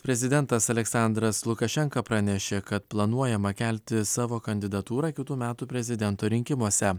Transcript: prezidentas aleksandras lukašenka pranešė kad planuojama kelti savo kandidatūrą kitų metų prezidento rinkimuose